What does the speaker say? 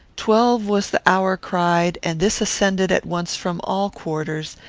twelve was the hour cried, and this ascended at once from all quarters,